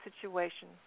situation